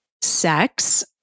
sex